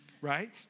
right